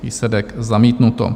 Výsledek: zamítnuto.